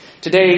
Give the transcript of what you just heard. Today